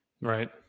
Right